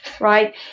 Right